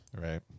Right